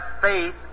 faith